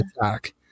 attack